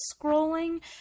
scrolling